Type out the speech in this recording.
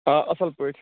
آ اَصٕل پٲٹھۍ